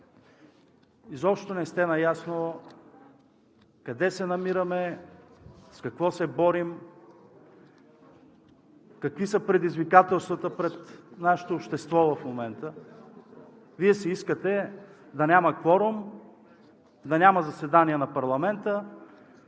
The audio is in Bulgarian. изобщо не сте наясно къде се намираме, с какво се борим, какви са предизвикателствата пред нашето общество в момента. Вие си искате да няма кворум, да няма заседания на парламента,